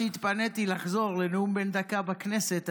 כשהתפניתי לחזור לנאום בן דקה בכנסת,